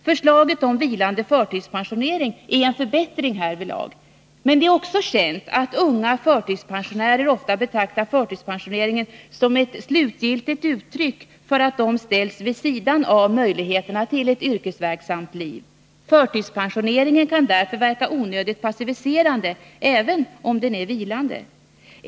Förslaget om vilande förtidspensionering är en förbättring härvidlag. Men det är också känt att unga förtidspensionärer ofta betraktar förtidspensioneringen som ett slutgiltigt uttryck för att de ställs vid sidan av möjligheterna till ett yrkesverksamt liv. Förtidspensioneringen kan därför verka onödigt passiviserande även om den är vilande.